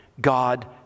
God